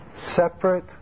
Separate